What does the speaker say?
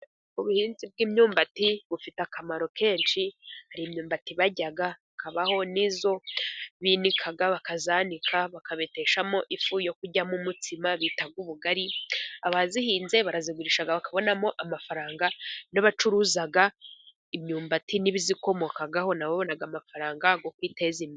Ubuhinzi bw'imyumbati bufite akamaro kenshi. Hariho myumbati barya, habaho n'iyo binika bakayanika bakabeteshamo ifu yo kuryamo umutsima bita ubugari. Abayihinze barayigurisha bakabonamo amafaranga, n'abacuruza imyumbati n'ibiyikomokaho nabo ba babona amafaranga yo kwiteza imbere.